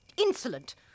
insolent